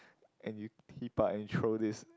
and you and throw this